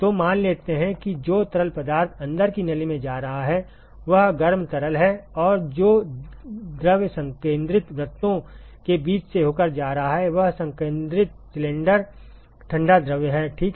तो मान लेते हैं कि जो तरल पदार्थ अंदर की नली में जा रहा है वह गर्म तरल है और जो द्रव संकेंद्रित वृत्तों के बीच से होकर जा रहा है वह संकेंद्रित सिलेंडर ठंडा द्रव है ठीक है